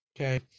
okay